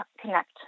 connect